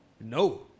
No